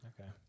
Okay